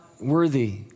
worthy